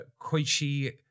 Koichi